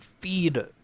feed